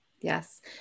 Yes